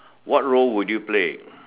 what role would you play